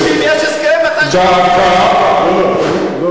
דא עקא, סלקטיבי הכול.